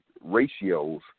ratios